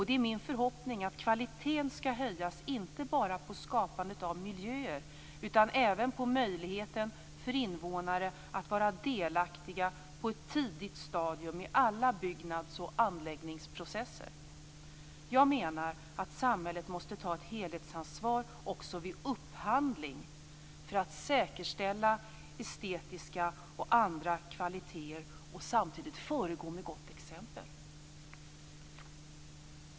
Det är min förhoppning att kvaliteten skall höjas inte bara på skapandet av miljöer utan även på möjligheten för invånare att vara delaktiga på ett tidigt stadium i alla byggnads och anläggningsprocesser. Jag menar att samhället måste ta ett helhetsansvar också vi upphandling för att säkerställa estetiska och andra kvaliteter och samtidigt föregå med gott exempel.